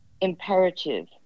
imperative